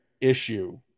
issue